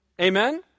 Amen